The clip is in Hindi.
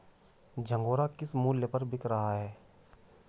झंगोरा किस मूल्य पर बिक रहा है?